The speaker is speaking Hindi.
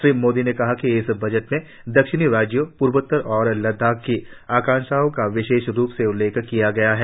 श्री मोदी ने कहा कि इस बजट में दक्षिणी राज्यों पूर्वोत्तर और लद्दाख की आकांक्षाओं का विशेष रूप से उल्लेख किया गया है